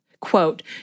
quote